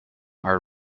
are